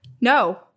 no